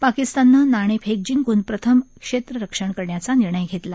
पाकिस्ताननं नाणेफेक जिंकून प्रथम क्षेत्ररक्षण करण्याचा निर्णय घेतला